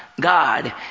God